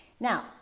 Now